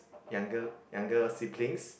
younger younger siblings